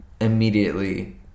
Immediately